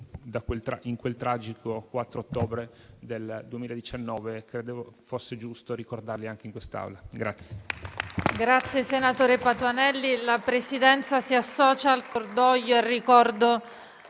in quel tragico 4 ottobre del 2019. Credevo fosse giusto ricordarli anche in quest'Aula.